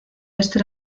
este